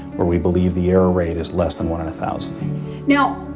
where we believe the error rate is less than one in a thousand now,